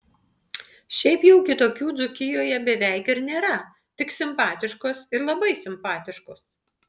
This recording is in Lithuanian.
šiaip jau kitokių dzūkijoje beveik ir nėra tik simpatiškos ir labai simpatiškos